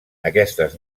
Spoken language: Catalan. aquestes